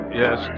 yes